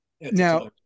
Now